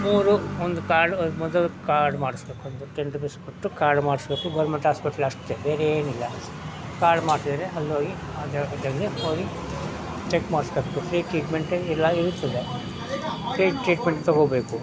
ಮೂರು ಒಂದು ಕಾರ್ಡು ಅದು ಮೊದಲು ಕಾರ್ಡ್ ಮಾಡ್ಸ್ಬೇಕು ಒಂದು ಟೆನ್ ರುಪೀಸ್ ಕೊಟ್ಟು ಕಾರ್ಡ್ ಮಾಡಿಸ್ಬೇಕು ಗೋರ್ಮೆಂಟ್ ಆಸ್ಪತ್ರೆ ಅಷ್ಟೇ ಬೇರೆ ಏನಿಲ್ಲ ಕಾರ್ಡ್ ಮಾಡ್ತೀರೆ ಅಲ್ಲಿ ಹೋಗಿ ಆ ಜಾಗದಲ್ಲಿ ಹೋಗಿ ಚೆಕ್ ಮಾಡಿಸ್ಬೇಕು ಫ್ರೀ ಟ್ರೀಟ್ಮೆಂಟ್ ಎಲ್ಲ ಇರುತ್ತದೆ ಪ್ರೀ ಟ್ರೀಟ್ಮೆಂಟ್ ತಗೊಳ್ಬೇಕು